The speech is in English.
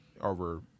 over